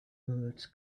birds